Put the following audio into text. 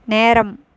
நேரம்